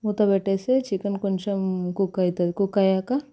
మూత పెట్టేసి చికెన్ కొంచెం కుక్ అవుతుంది కుక్ అయ్యాక